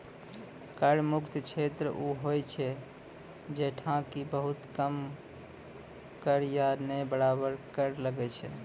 कर मुक्त क्षेत्र उ होय छै जैठां कि बहुत कम कर या नै बराबर कर लागै छै